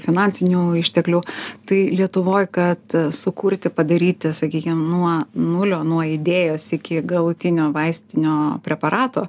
finansinių išteklių tai lietuvoj kad sukurti padaryti sakykim nuo nulio nuo idėjos iki galutinio vaistinio preparato